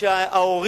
אין